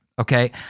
okay